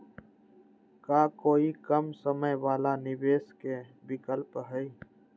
का कोई कम समय वाला निवेस के विकल्प हई?